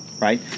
Right